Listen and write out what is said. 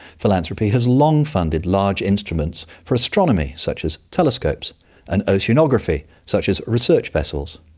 philanthropy has long funded large instruments for astronomy such as telescopes and oceanography, such as research vessels.